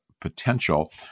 potential